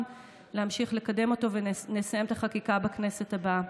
להמשיך לקדם אותו ונסיים את החקיקה בכנסת הבאה.